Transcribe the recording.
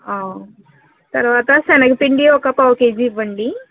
తర్వాత సెనగపిండి ఒక పావుకేజీ ఇవ్వండి